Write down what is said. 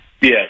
Yes